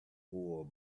oil